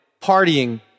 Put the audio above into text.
partying